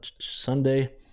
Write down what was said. Sunday